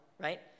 right